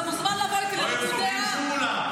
אתה מוזמן לבוא איתי לריקודי עם.